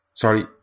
Sorry